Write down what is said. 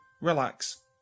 relax